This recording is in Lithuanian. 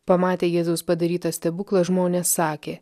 pamatę jėzaus padarytą stebuklą žmonės sakė